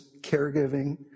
caregiving